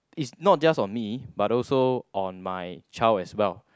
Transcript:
is not just on me but also on my child as well